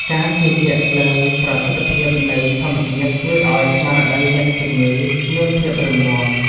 ការជឿជាក់លើប្រសិទ្ធភាពនៃធម្មជាតិ ជួយឱ្យស្មារតីអ្នកជំងឺមានភាពរឹងមាំ។